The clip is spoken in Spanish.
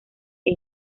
que